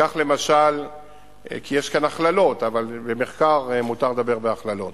כי יש כאן הכללות, אבל במחקר מותר לדבר בהכללות,